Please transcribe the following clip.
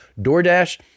DoorDash